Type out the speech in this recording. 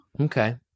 Okay